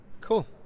cool